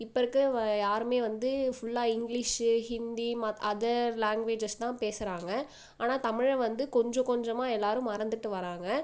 இப்போ இருக்க யாருமே வந்து ஃபுல்லாக இங்கிலிஷ் ஹிந்தி அதர் லேங்குவேஜஸ் தான் பேசுகிறாங்க ஆனால் தமிழை வந்து கொஞ்சம் கொஞ்சமாக எல்லாரும் மறந்துட்டு வராங்க